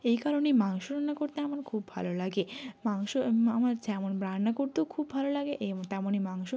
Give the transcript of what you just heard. এই কারণেই মাংস রান্না করতে আমার খুব ভালো লাগে মাংস আমার যেমন রান্না করতেও খুব ভালো লাগে তেমনই মাংস